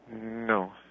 No